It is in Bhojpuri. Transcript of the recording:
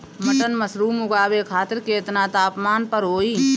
बटन मशरूम उगावे खातिर केतना तापमान पर होई?